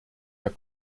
der